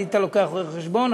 היית לוקח רואה-חשבון,